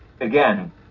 Again